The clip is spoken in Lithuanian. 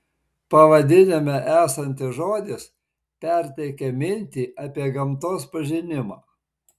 pavadinime esantis žodis perteikia mintį apie gamtos pažinimą